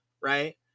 right